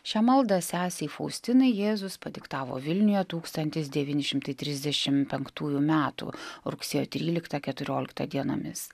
šią maldą sesei faustinai jėzus padiktavo vilniuje tūkstantis devyni šimtai trisdešimt penktųjų metų rugsėjo tryliktą keturioliktą dienomis